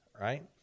right